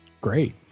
great